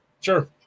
Sure